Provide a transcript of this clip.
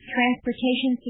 Transportation